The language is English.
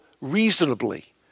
reasonably